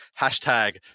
Hashtag